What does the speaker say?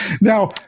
Now